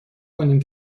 کنیم